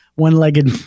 one-legged